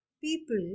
people